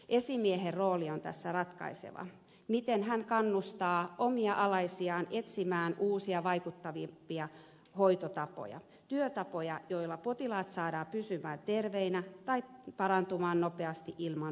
esimiehen rooli on tässä ratkaiseva miten hän kannustaa omia alaisiaan etsimään uusia vaikuttavampia hoitotapoja työtapoja joilla potilaat saadaan pysymään terveinä tai parantumaan nopeasti ilman mutkia